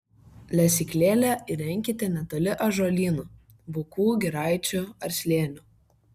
lesyklėlę įrenkite netoli ąžuolynų bukų giraičių ar slėnių